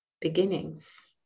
beginnings